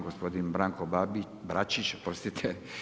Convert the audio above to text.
Gospodin Branko Bračić, oprostite.